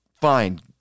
fine